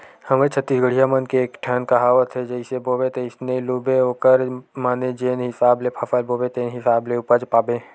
हमर छत्तीसगढ़िया मन के एकठन कहावत हे जइसे बोबे तइसने लूबे ओखर माने जेन हिसाब ले फसल बोबे तेन हिसाब ले उपज पाबे